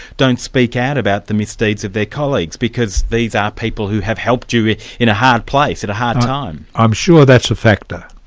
don't speak out about the misdeeds of their colleagues because these are people who have helped you in a hard place at a hard time. i'm sure that's a factor.